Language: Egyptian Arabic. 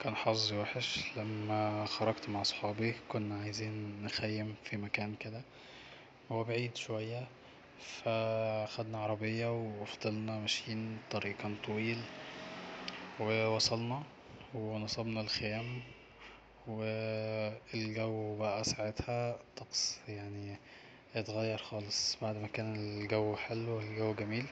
كان حظي وحش لما خرجت مع صحابي كنا عايزين نخيم في مكان كده هو بعيد شوية ف خدنا عربية وفضلنا ماشيين الطريق كان طويل و وصلنا ونصبنا الخيم ف الجو بقا ساعتها الطقس يعني اتغير خالص بعد ما كان الجو حلو الجو جميل